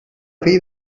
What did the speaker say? fill